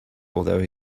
although